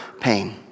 pain